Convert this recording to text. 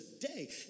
today